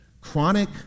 Chronic